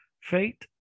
Fate